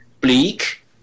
bleak